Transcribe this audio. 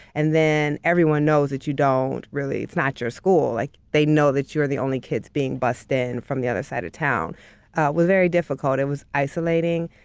and then everyone knows that you don't really, it's not your school. like they know that you're the only kids being bused in from the other side of town. it was very difficult. it was isolating.